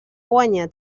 guanyar